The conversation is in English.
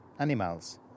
animals